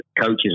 coaches